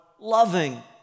Loving